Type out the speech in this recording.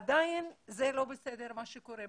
עדיין זה לא בסדר מה שקורה.